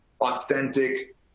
authentic